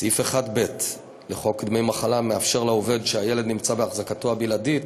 סעיף 1(ב) לחוק דמי מחלה מאפשר לעובד שהילד נמצא בהחזקתו הבלעדית,